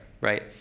right